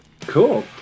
Cool